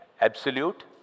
absolute